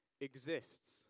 exists